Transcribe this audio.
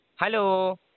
Hello